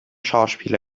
schauspiel